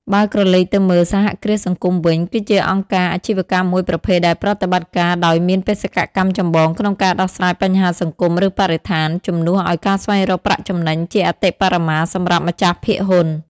បើក្រឡេកទៅមើល សហគ្រាសសង្គមវិញ គឺជាអង្គការអាជីវកម្មមួយប្រភេទដែលប្រតិបត្តិការដោយមានបេសកកម្មចម្បងក្នុងការដោះស្រាយបញ្ហាសង្គម ឬបរិស្ថាន ជំនួសឱ្យការស្វែងរកប្រាក់ចំណេញជាអតិបរមាសម្រាប់ម្ចាស់ភាគហ៊ុន។